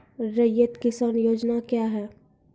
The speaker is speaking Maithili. रैयत किसान योजना क्या हैं?